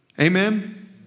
Amen